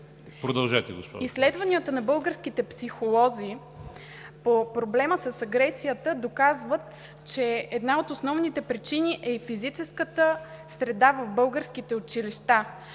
ТЕОДОРА ХАЛАЧЕВА: Изследванията на българските психолози по проблема с агресията доказват, че една от основните причини е и физическата среда в българските училища.